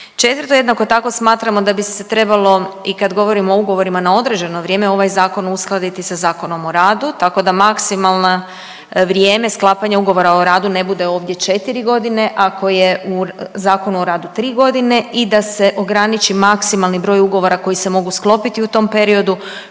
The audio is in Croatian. Četvrto, jednako tako smatramo da bi se trebalo i kad govorimo o ugovorima na određeno vrijeme ovaj zakon uskladiti sa Zakonom o radu tako da maksimalno vrijeme sklapanja ugovora o radu ne bude ovdje 4.g. ako je u Zakonu o radu 3.g. i da se ograniči maksimalni broj ugovora koji se mogu sklopiti u tom periodu,